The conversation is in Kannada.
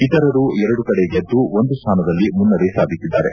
ಇತರರು ಎರಡು ಕಡೆ ಗೆದ್ದು ಒಂದು ಸ್ವಾನದಲ್ಲಿ ಮುನ್ನಡೆ ಸಾಧಿಸಿದ್ದಾರೆ